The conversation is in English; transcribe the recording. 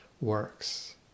works